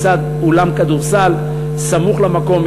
לצד אולם כדורסל סמוך למקום,